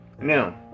Now